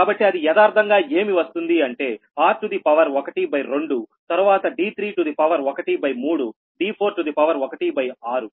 కాబట్టి అది యదార్ధంగా ఏమి వస్తుంది అంటే r టు ద పవర్ 12 తరువాత d3 to the power 13 d4 to the power 16